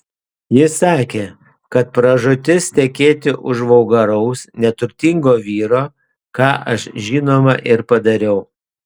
ji sakė kad pražūtis tekėti už vulgaraus neturtingo vyro ką aš žinoma ir padariau